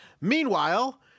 Meanwhile